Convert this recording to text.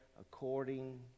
according